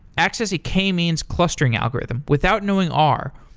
access a k-means clustering algorithm without knowing r,